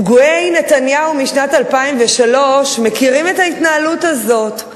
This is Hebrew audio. פגועי נתניהו משנת 2003 מכירים את ההתנהלות הזאת.